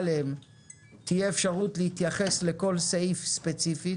עליהם תהיה אפשרות להתייחס לכל סעיף ספציפי.